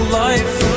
life